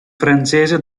francese